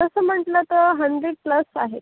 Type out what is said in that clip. तसं म्हटलं तर हंड्रेड प्लस आहे